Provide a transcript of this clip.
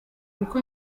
kuko